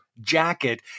jacket